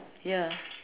ya